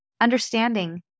understanding